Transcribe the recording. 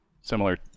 similar